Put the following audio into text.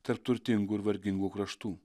tarp turtingų ir vargingų kraštų